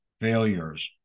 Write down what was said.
failures